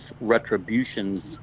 retributions